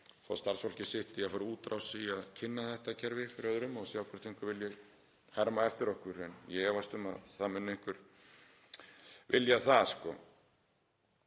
fá starfsfólkið sitt til að fara í útrás við að kynna þetta kerfi fyrir öðrum og sjá hvort einhverjir vilji herma eftir okkur. Ég efast um að það muni einhver vilja það.